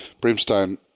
Brimstone